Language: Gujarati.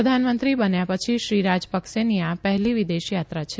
પ્રધાનમંત્રી બન્યા છી શ્રી રા થ કસેની આ હેલી વિદેશ યાત્રા છે